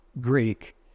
Greek